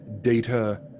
data